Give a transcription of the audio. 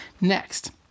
Next